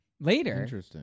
Later